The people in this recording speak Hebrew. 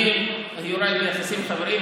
אני עם יוראי ביחסים חבריים,